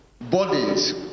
bodies